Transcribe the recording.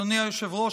אדוני היושב-ראש,